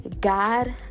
God